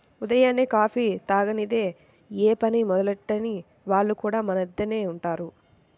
ఉదయాన్నే కాఫీ తాగనిదె యే పని మొదలెట్టని వాళ్లు కూడా మన మద్దెనే ఉంటారు